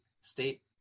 state